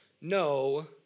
no